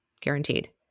guaranteed